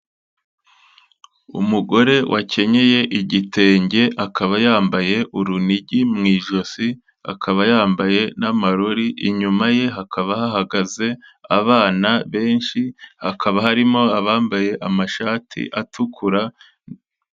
Umugore wakenyeye igitenge akaba yambaye urunigi mu ijosi, akaba yambaye n'amarori, inyuma ye hakaba hahagaze abana benshi, hakaba harimo abambaye amashati atukura.